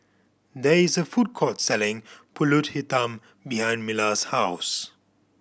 there is a food court selling Pulut Hitam behind Mila's house